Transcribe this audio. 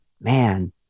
man